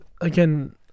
again